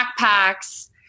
backpacks